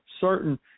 certain